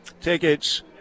tickets